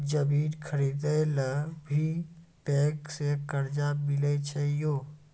जमीन खरीदे ला भी बैंक से कर्जा मिले छै यो?